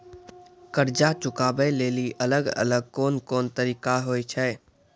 कर्जा चुकाबै लेली अलग अलग कोन कोन तरिका होय छै?